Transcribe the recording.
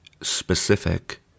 specific